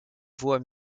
voies